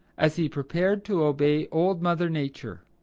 as he prepared to obey old mother nature.